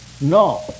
No